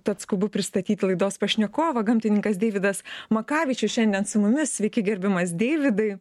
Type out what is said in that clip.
tad skubu pristatyt laidos pašnekovą gamtininkas deividas makavičius šiandien su mumis sveiki gerbiamas deividai